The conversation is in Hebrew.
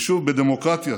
כי שוב, בדמוקרטיה